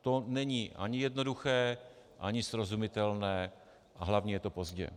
To není ani jednoduché, ani srozumitelné, a hlavně je to pozdě.